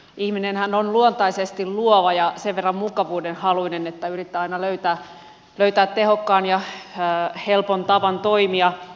ihminenhän on luontaisesti luova ja sen verran mukavuudenhaluinen että yrittää aina löytää tehokkaan ja helpon tavan toimia